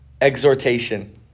exhortation